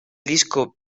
disco